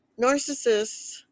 Narcissists